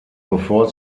bevor